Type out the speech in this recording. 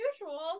usual